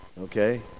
Okay